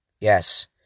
Yes